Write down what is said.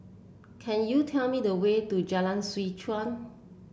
can you tell me the way to Jalan Seh Chuan